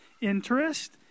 interest